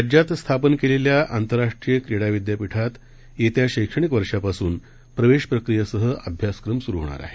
राज्यात स्थापन केलेल्या आंतरराष्ट्रीय क्रीडा विद्यापीठात येत्या शैक्षणिक वर्षापासून प्रवेश प्रक्रियेसह अभ्यासक्रम सुरु होणार आहे